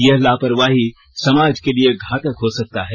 यह लापरवाही समाज के लिए घातक हो सकता है